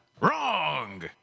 wrong